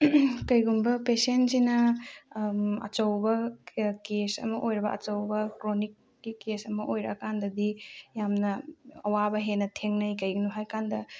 ꯀꯩꯒꯨꯝꯕ ꯄꯦꯁꯦꯟꯁꯤꯅ ꯑꯆꯧꯕ ꯀꯦꯁ ꯑꯃ ꯑꯣꯏꯔꯕ ꯑꯆꯧꯕ ꯀ꯭ꯔꯣꯅꯤꯛꯀꯤ ꯀꯦꯁ ꯑꯃ ꯑꯣꯏꯔꯛꯑ ꯀꯥꯟꯗꯗꯤ ꯌꯥꯝꯅ ꯑꯋꯥꯕ ꯍꯦꯟꯅ ꯊꯦꯡꯅꯩ ꯀꯔꯤꯒꯤꯅꯣ ꯍꯥꯏꯕ ꯀꯥꯟꯗ